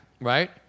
right